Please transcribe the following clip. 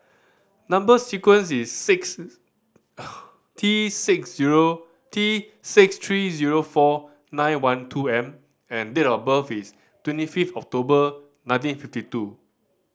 number sequence is six T six zero T six three zero four nine one two M and date of birth is twenty fifth October nineteen fifty two